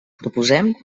proposem